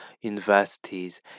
universities